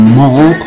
more